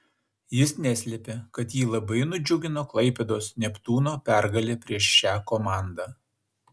jis neslėpė kad jį labai nudžiugino klaipėdos neptūno pergalė prieš šią komandą